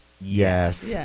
Yes